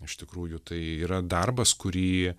iš tikrųjų tai yra darbas kurį